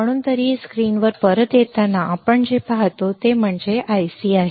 म्हणून तरीही स्क्रीनवर परत येताना आपण जे पाहतो ते म्हणजे आमच्याकडे हे IC आहे